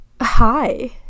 hi